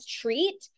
treat